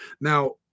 Now